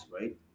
right